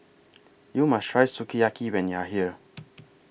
YOU must Try Sukiyaki when YOU Are here